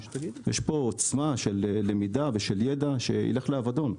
יש פה עוצמה של למידה ושל ידע שילך לאבדון.